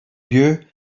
you